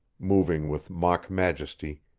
moving with mock majesty,